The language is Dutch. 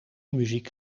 muziek